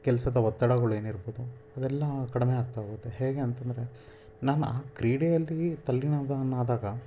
ಕೆಲಸದ ಒತ್ತಡಗಳು ಏನಿರ್ಬೋದು ಅದೆಲ್ಲ ಕಡಿಮೆ ಆಗ್ತಾ ಹೋಗುತ್ತೆ ಹೇಗೆ ಅಂತಂದರೆ ನನ್ನ ಕ್ರೀಡೆಯಲ್ಲಿ ತಲ್ಲೀನನಾದಾಗ